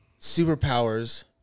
Superpowers